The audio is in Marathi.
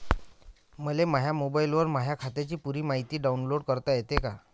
मले माह्या मोबाईलवर माह्या खात्याची पुरी मायती डाऊनलोड करता येते का?